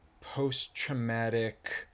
post-traumatic